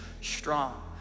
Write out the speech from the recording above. strong